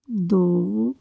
ਦੋ